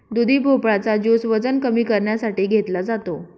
दुधी भोपळा चा ज्युस वजन कमी करण्यासाठी घेतला जातो